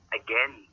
again